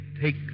take